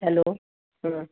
hello